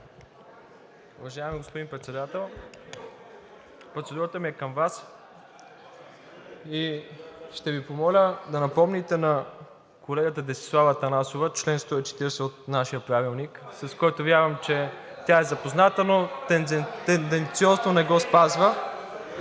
Уважаеми господин Председател, процедурата ми е към Вас. Ще Ви помоля да напомните на колегата Десислава Атанасова чл. 140 от нашия Правилник, с който вярвам, че тя е запозната, но тенденциозно не го спазва.